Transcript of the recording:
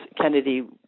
Kennedy